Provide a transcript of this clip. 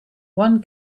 one